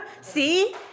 see